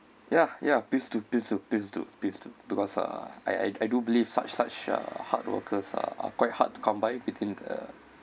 ya ya please do please do please do with because uh I I do believe such such uh hard workers are quite hard to come by between